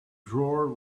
drawer